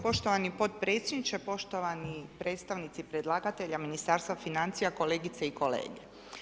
Poštovani potpredsjedniče, poštovani predstavnici predlagatelja, Ministarstva financija, kolegice i kolege.